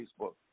Facebook